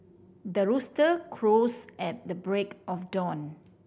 the rooster crows at the break of dawn